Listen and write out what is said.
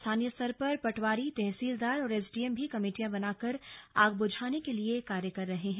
स्थानीय स्तर पर पटवारीतहसीलदार और एसडीएम भी कमेटियां बनाकर आग बुझाने के लिए कार्य कर रहे हैं